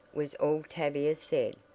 was all tavia said,